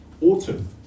Autumn